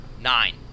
Nine